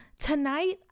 tonight